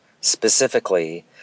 specifically